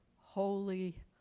holy